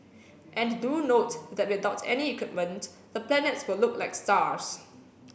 and do note that without any equipment the planets will look like stars